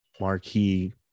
marquee